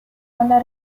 alla